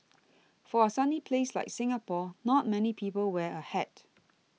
for a sunny place like Singapore not many people wear a hat